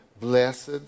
Blessed